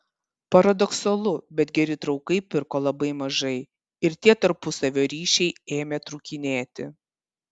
paradoksalu bet geri draugai pirko labai mažai ir tie tarpusavio ryšiai ėmė trūkinėti